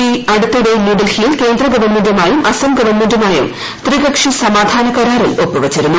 B അടുത്തിടെ ന്യൂഡൽഹിയിൽ കേന്ദ്രഗവൺമെന്റുമായും അസം ഗവൺമെന്റുമായും ത്രികക്ഷി സമാധാന കരാറിൽ ഒപ്പുവച്ചിരുന്നു